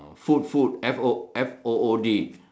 food food F O F O O